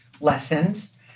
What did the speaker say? lessons